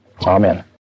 Amen